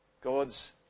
God's